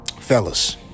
Fellas